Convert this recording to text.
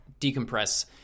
decompress